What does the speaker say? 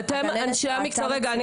רגע,